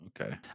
Okay